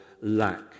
lack